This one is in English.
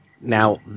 Now